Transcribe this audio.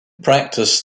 practice